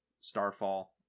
Starfall